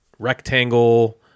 rectangle